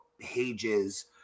pages